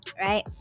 right